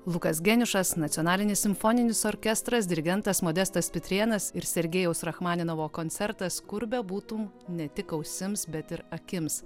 lukas geniušas nacionalinis simfoninis orkestras dirigentas modestas pitrėnas ir sergejaus rachmaninovo koncertas kur bebūtum ne tik ausims bet ir akims